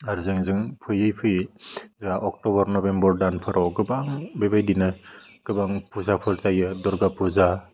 आरो जों जों फैयै फैयै जोंहा अक्ट'बर नबेम्बर दानफोराव गोबां बेबायदिनो गोबां फुजाफोर जायो दुर्गा फुजा